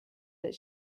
that